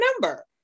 number